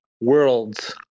worlds